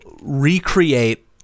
recreate